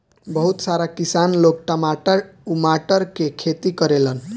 बहुत सारा किसान लोग टमाटर उमाटर के खेती करेलन